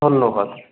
ধন্যবাদ